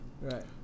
Right